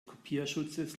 kopierschutzes